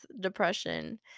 depression